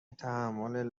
تحمل